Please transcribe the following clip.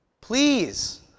please